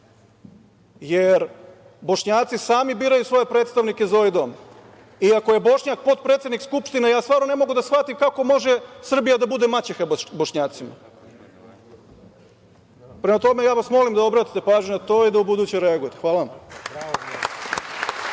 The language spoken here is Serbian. jer Bošnjaci sami biraju svoje predstavnike za ovaj dom. I ako je Bošnjak potpredsednik Skupštine, ja stvarno ne mogu da shvatim kako može Srbija da bude maćeha Bošnjacima? Prema tome, ja vas molim da obratite pažnju na to i da ubuduće reagujete. Hvala vam.